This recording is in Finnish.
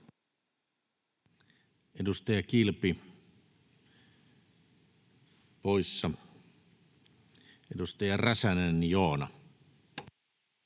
Edustaja Kilpi, poissa. — Edustaja Räsänen, Joona.